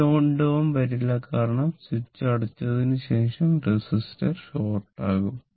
ഈ 2Ω വരില്ല കാരണം സ്വിച്ച് അടച്ചതിനു ശേഷം റെസിസ്റ്റർ ഷോർട്ട് ആകും